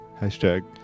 Hashtag